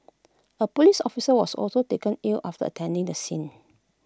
A Police officer was also taken ill after attending the scene